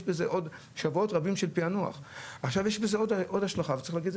יש לזה עוד השלכה וצריך להגיד את זה